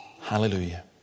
hallelujah